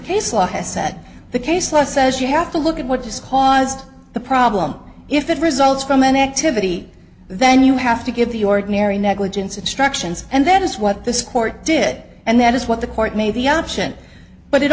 case law has said the case law says you have to look at what just caused the problem if it results from an activity then you have to give the ordinary negligence instructions and that is what this court did and that is what the court made the option but it